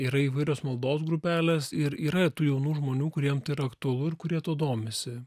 yra įvairios maldos grupelės ir yra ir tų jaunų žmonių kuriem tai yra aktualu ir kurie tuo domisi